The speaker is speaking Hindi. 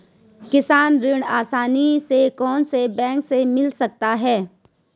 किसान ऋण आसानी से कौनसे बैंक से मिल सकता है?